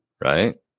Right